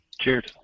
Cheers